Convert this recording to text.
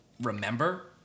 remember